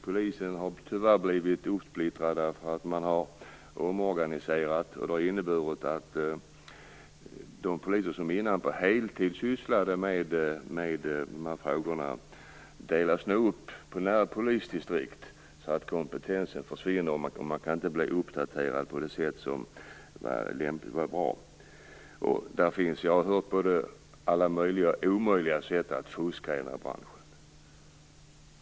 Polisen har tyvärr blivit uppsplittrad på grund av att man har omorganiserats, vilket har inneburit att de poliser som tidigare sysslade med de här frågorna på heltid nu delats upp på närpolisdistrikt. Därmed försvinner kompetensen, och man kan inte bli uppdaterad på ett bra sätt. Jag har hört talas om alla möjliga och omöjliga sätt att fuska i den här branschen.